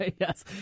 Yes